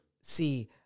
see